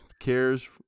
cares